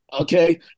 Okay